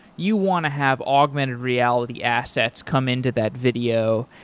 you want to have augmented reality assets come into that video,